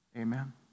Amen